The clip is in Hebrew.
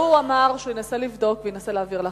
הוא אמר שהוא ינסה לבדוק וינסה להעביר לך.